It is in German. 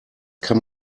kann